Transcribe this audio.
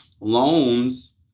loans